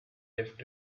left